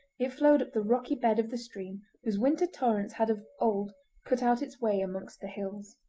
it flowed up the rocky bed of the stream whose winter torrents had of old cut out its way amongst the hills.